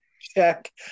Check